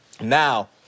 Now